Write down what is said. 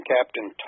Captain